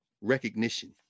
recognition